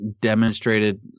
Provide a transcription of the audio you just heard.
demonstrated